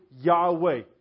Yahweh